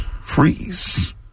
Freeze